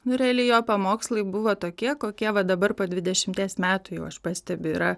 nu realiai jo pamokslai buvo tokie kokie va dabar po dvidešimties metų jau aš pastebiu yra